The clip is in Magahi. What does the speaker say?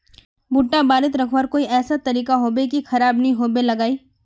भुट्टा बारित रखवार कोई ऐसा तरीका होबे की खराब नि होबे लगाई?